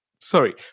sorry